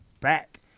back